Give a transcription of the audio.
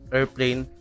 Airplane